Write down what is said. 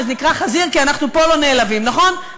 נקרא חזיר, כי אנחנו פה לא נעלבים, נכון?